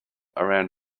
around